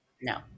No